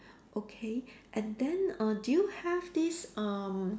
okay and then uh do you have this um